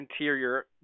interior